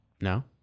No